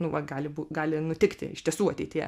nu va gali bū gali nutikti iš tiesų ateityje